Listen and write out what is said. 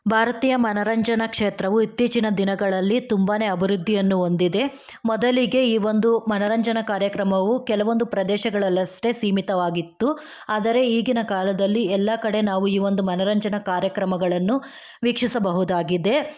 ಭಾರತೀಯ ಮನೋರಂಜನಾ ಕ್ಷೇತ್ರವು ಇತ್ತೀಚಿನ ದಿನಗಳಲ್ಲಿ ತುಂಬನೇ ಅಭಿವೃದ್ಧಿಯನ್ನು ಹೊಂದಿದೆ ಮೊದಲಿಗೆ ಈ ಒಂದು ಮನೋರಂಜನಾ ಕಾರ್ಯಕ್ರಮವು ಕೆಲವೊಂದು ಪ್ರದೇಶಗಳಲ್ಲಷ್ಟೆ ಸೀಮಿತವಾಗಿತ್ತು ಆದರೆ ಈಗಿನ ಕಾಲದಲ್ಲಿ ಎಲ್ಲ ಕಡೆ ನಾವು ಈ ಒಂದು ಮನೋರಂಜನಾ ಕಾರ್ಯಕ್ರಮಗಳನ್ನು ವೀಕ್ಷಿಸಬಹುದಾಗಿದೆ